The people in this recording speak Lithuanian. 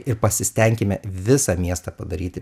ir pasistenkime visą miestą padaryti